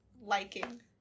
liking